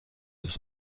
des